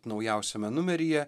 naujausiame numeryje